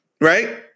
right